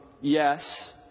yes